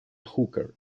hooker